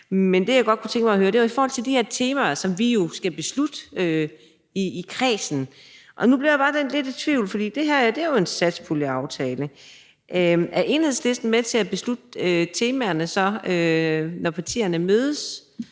Men det, jeg godt kunne tænke mig at høre, var i forhold til de temaer, som vi jo skal beslutte i kredsen. Nu blev jeg bare lidt i tvivl, for det her er jo en satspuljeaftale. Er Enhedslisten så med til at beslutte temaerne, når partierne mødes,